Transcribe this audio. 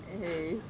!hey!